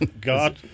God